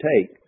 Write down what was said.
take